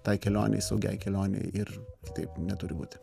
tai kelionei saugiai kelionei ir taip neturi būti